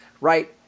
right